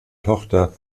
tochter